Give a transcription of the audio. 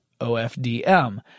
OFDM